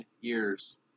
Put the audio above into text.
years